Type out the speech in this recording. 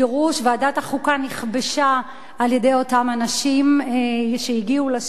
ועדת החוקה נכבשה על-ידי אותם אנשים שהגיעו לשטח.